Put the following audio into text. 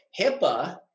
HIPAA